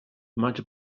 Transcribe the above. març